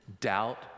doubt